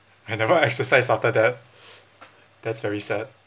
I never exercise after that that's very sad